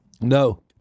no